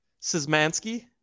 Szymanski